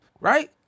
right